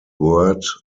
word